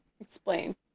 Explain